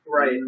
Right